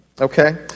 okay